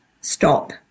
stop